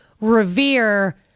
revere